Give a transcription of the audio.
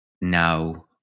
now